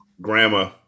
grandma